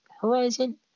Horizon